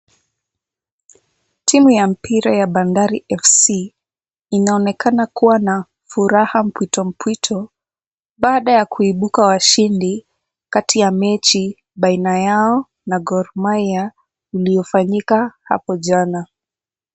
Timu ya mpira ya Bandari FC inaonekana kuwa na furaha mpwito mpwito baada ya kuibuka washindi kati ya mechi baina yao na Gor mahia iliyofanyika hapo jana.